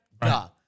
duh